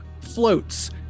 floats